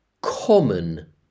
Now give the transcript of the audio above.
common